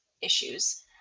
issues